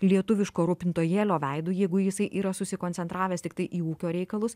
lietuviško rūpintojėlio veidu jeigu jisai yra susikoncentravęs tiktai į ūkio reikalus